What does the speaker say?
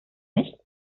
nicht